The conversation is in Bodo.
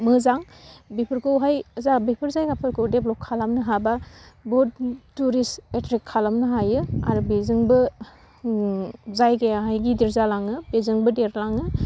मोजां बेफोरखौहाय जोंहा बेफोर जायगाफोरखौ डेभलप खालामनो हाबा बहुद टुरिस एट्रेक्ट खालामनो हायो आरो बेजोंबो उम जायगायाहाय गिदिर जालाङो बेजोंबो देरलाङो